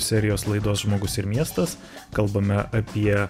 serijos laidos žmogus ir miestas kalbame apie